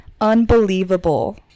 Unbelievable